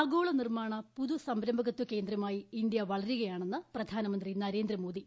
ആഗോള നിർമാണ പുതു സംരംഭകത്വ കേന്ദ്രമായി ഇന്ത്യ വളരുകയാണെന്ന് പ്രധാനമന്ത്രി നരേന്ദ്രമോദി